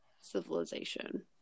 civilization